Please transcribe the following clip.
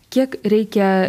kiek reikia